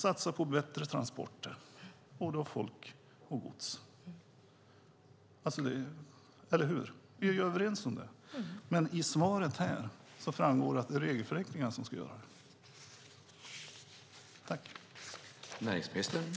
Satsa på bättre transporter, både av folk och av gods! Eller hur? Vi är ju överens om detta. I svaret här framgår dock att det är regelförenklingar som ska göra det.